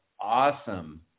awesome